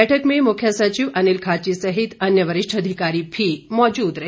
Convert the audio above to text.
बैठक में मुख्य सचिव अनिल खाची सहित अन्य वरिष्ठ अधिकारी भी मौजूद रहे